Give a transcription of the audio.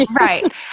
Right